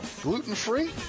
Gluten-free